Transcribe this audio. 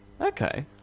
Okay